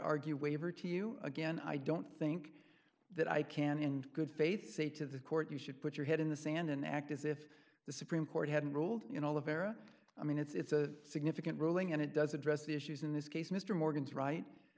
argue waiver to you again i don't think that i can in good faith say to the court you should put your head in the sand and act as if the supreme court had ruled in all of era i mean it's a significant ruling and it does address the issues in this case mr morgan's right